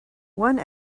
one